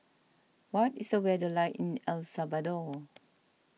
what is the weather like in El Salvador